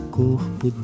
corpo